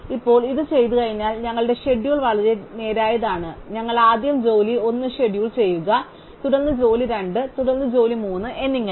ഇപ്പോൾ ഇത് ചെയ്തുകഴിഞ്ഞാൽ ഞങ്ങളുടെ ഷെഡ്യൂൾ വളരെ നേരായതാണ് ഞങ്ങൾ ആദ്യം ജോലി 1 ഷെഡ്യൂൾ ചെയ്യുക തുടർന്ന് ജോലി 2 തുടർന്ന് ജോലി 3 എന്നിങ്ങനെ